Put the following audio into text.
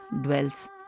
dwells